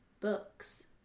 books